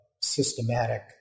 systematic